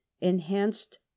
enhanced